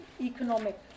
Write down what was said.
economic